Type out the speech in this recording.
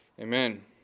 Amen